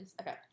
Okay